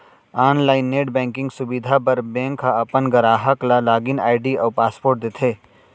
online net banking सुबिधा बर bank ह अपन गराहक ल लॉगिन आईडी अउ पासवर्ड देथे